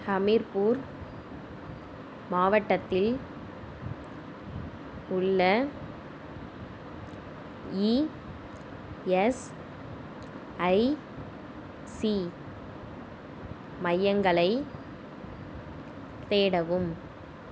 ஹமிர்பூர் மாவட்டத்தில் உள்ள இஎஸ்ஐசி மையங்களை தேடவும்